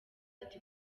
ati